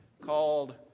called